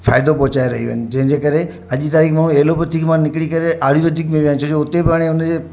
फ़ाइदो पहुचाए रहियूं आहिनि जंहिंजे करे अॼ जी तारीख़ में हुओ ऐलोपैथिक मां निकिरी करे आयुर्वेदिक में विया आहिनि छोजो हुते बि हाणे हुन जे